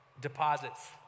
deposits